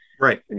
Right